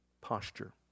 posture